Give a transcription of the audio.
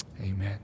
Amen